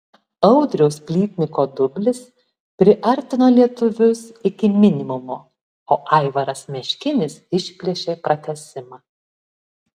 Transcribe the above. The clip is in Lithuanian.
audriaus plytniko dublis priartino lietuvius iki minimumo o aivaras meškinis išplėšė pratęsimą